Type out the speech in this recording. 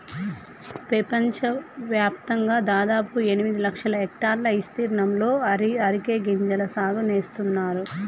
పెపంచవ్యాప్తంగా దాదాపు ఎనిమిది లక్షల హెక్టర్ల ఇస్తీర్ణంలో అరికె గింజల సాగు నేస్తున్నారు